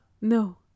No